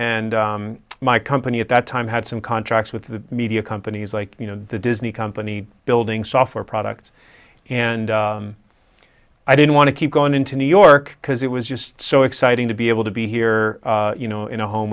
and my company at that time had some contracts with the media companies like you know the disney company building software products and i didn't want to keep going into new york because it was just so exciting to be able to be here you know in a home